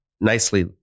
nicely